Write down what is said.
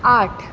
आठ